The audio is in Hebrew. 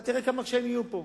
אתה תראה כמה קשיים יהיו פה.